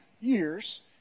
years